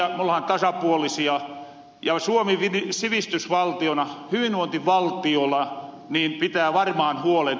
me ollahan tasapuolisia ja suomi sivistysvaltiona hyvinvointivaltiona pitää varmaan huolen